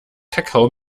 kakao